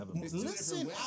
Listen